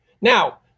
now